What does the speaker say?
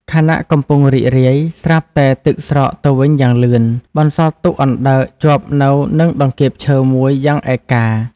ខណៈកំពុងរីករាយ ស្រាប់តែទឹកស្រកទៅវិញយ៉ាងលឿន បន្សល់ទុកអណ្ដើកជាប់នៅនឹងតង្កៀបឈើមួយយ៉ាងឯកា។